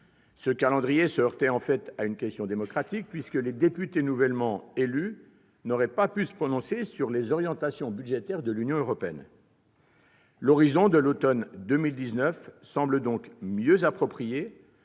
Ce calendrier se heurtait à un problème démocratique, puisque les députés nouvellement élus n'auraient pas pu se prononcer sur les orientations budgétaires de l'Union européenne. L'horizon de l'automne 2019 semble donc plus approprié,